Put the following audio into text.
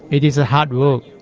it is hard work.